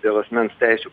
dėl asmens teisių